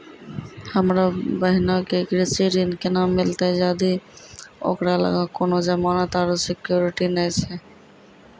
हमरो बहिनो के कृषि ऋण केना मिलतै जदि ओकरा लगां कोनो जमानत आरु सिक्योरिटी नै छै?